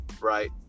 right